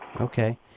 Okay